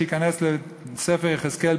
שייכנס לספר יחזקאל,